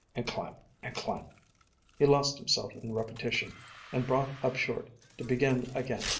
and climbed and climbed he lost himself in repetition and brought up short to begin again,